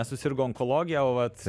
susirgo onkologija o vat